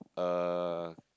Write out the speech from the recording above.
uh